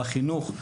בחינוך.